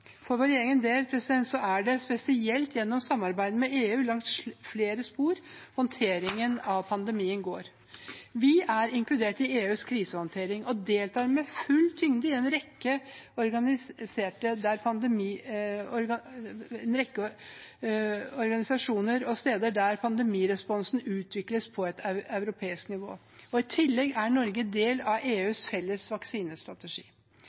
For vår egen del er det spesielt gjennom samarbeidet med EU langs flere spor at håndteringen av pandemien går. Vi er inkludert i EUs krisehåndtering og deltar med full tyngde i en rekke organisasjoner og steder der pandemiresponsen utvikles på et europeisk nivå. I tillegg er Norge del av EUs felles vaksinestrategi.